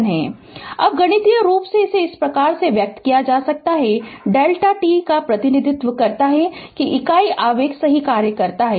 Refer Slide Time 0319 अब गणितीय रूप से इसे इस प्रकार व्यक्त किया जा सकता है Δ t का प्रतिनिधित्व करता है कि इकाई आवेग सही कार्य करता है